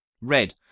red